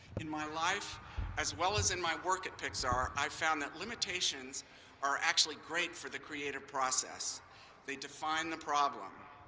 in my life as well as in my work at pixar, i've found that limitations are actually great for the creative process they define the problem.